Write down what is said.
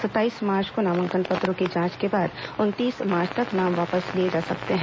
सत्ताईस मार्च को नामांकन पत्रों की जांच के बाद उनतीस मार्च तक नाम वापस लिए जा सकते हैं